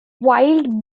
wild